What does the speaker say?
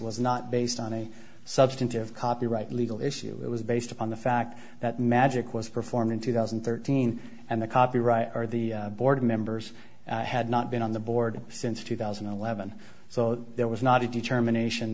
was not based on a substantive copyright legal issue it was based upon the fact that magic was performed in two thousand and thirteen and the copyright or the board members had not been on the board since two thousand and eleven so there was not a determination